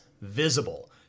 visible